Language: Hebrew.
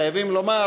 חייבים לומר,